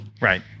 Right